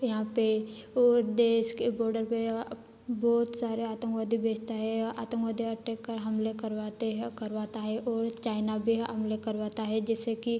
यहाँ पर वो देश के बॉर्डर पर बहुत सारे आतंकवादी भेजता है आतंकवादी अटैक कर हमले करवाते हैं करवाता है और चाइना बे हमले करवाता है जैसे कि